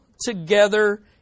together